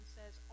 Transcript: says